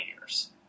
years